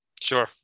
Sure